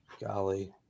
golly